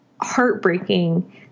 heartbreaking